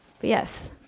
Yes